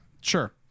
Sure